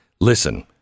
Listen